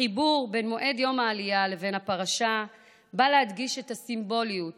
החיבור בין מועד יום העלייה לבין הפרשה בא להדגיש את הסימבוליות